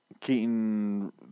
Keaton